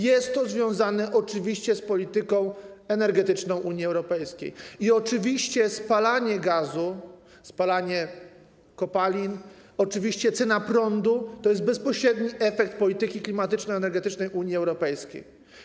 Jest to oczywiście związane z polityką energetyczną Unii Europejskiej i oczywiście spalanie gazu, spalanie kopalin, oczywiście cena prądu to jest bezpośredni efekt polityki klimatyczno-energetycznej Unii Europejskiej.